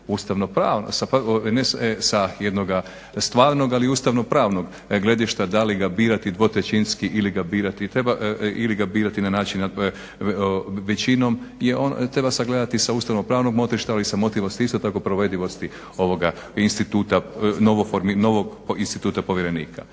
ustavnog prava sa jednoga stvarnoga ali i ustavnopravnog gledišta da li ga birati dvotrećinski ili ga birati na način većinom je ono, treba sagledati sa ustavnopravnog motrišta ali i sa …/Ne razumije se./… isto tako provedivosti ovoga instituta novo,